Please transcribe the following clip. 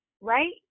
right